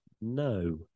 no